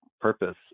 purpose